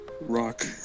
...rock